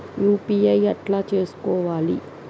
UPI ఎట్లా చేసుకోవాలి?